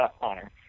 honor